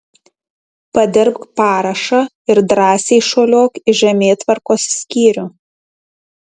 padirbk parašą ir drąsiai šuoliuok į žemėtvarkos skyrių